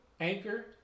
Anchor